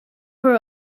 her